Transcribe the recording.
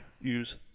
use